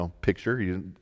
picture